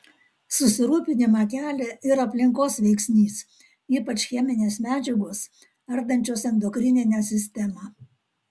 susirūpinimą kelia ir aplinkos veiksnys ypač cheminės medžiagos ardančios endokrininę sistemą